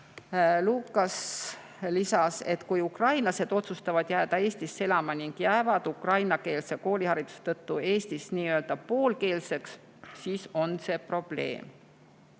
Lukas lisas, et kui ukrainlased otsustavad jääda Eestisse elama ning jäävad ukrainakeelse koolihariduse tõttu Eestis nii-öelda poolkeelseks, siis on see probleem.